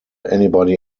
anybody